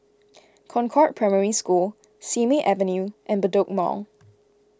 Concord Primary School Simei Avenue and Bedok Mall